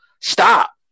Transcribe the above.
Stop